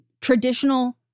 traditional